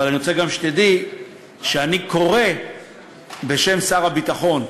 אבל אני רוצה גם שתדעי שאני קורא בשם שר הביטחון,